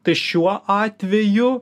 tai šiuo atveju